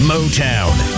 Motown